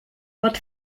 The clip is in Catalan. pot